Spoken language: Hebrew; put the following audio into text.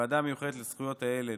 בוועדה המיוחדת לזכויות הילד,